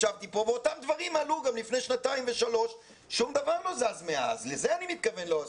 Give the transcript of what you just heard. ישבתי כאן ואותם דברים עלו גם לפני שנתיים ושלוש אבל מאז שום דבר לא זז.